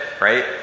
right